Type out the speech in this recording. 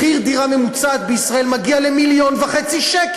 מחיר דירה ממוצעת בישראל מגיע ל-1.5 מיליון שקל.